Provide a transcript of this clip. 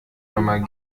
nummer